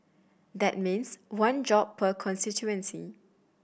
that means one job per constituency